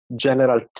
general